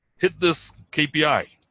hit this kpi.